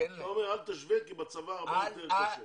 אתה אומר, אל תשווה כי בצבא הרבה יותר קשה.